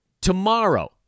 Tomorrow